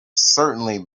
certainly